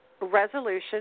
resolution